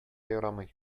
ярамый